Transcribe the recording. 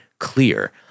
clear